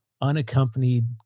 unaccompanied